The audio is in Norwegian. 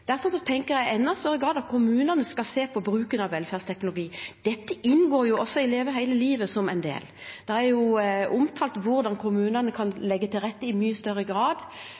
Derfor tenker jeg at kommunene i enda større grad skal se på bruken av velferdsteknologi. Dette inngår jo også som en del av Leve hele livet. Det er omtalt hvordan kommunene i mye større grad kan legge til rette for nytenkning og ta i